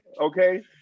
okay